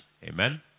Amen